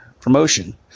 promotion